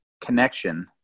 connection